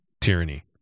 tyranny